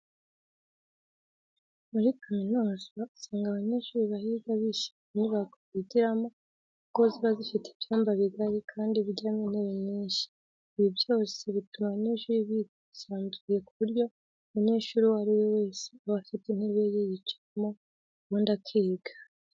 Muri kaminuza usanga abanyeshuri bahiga bishimira inyubako bigiramo kuko ziba zifite ibyumba bigari kandi bijyamo intebe nyinshi. Ibi byose bituma abanyeshuri biga bisanzuye ku buryo umunyeshuri uwo ari we wese aba afite intebe ye yicaramo ubundi akiga.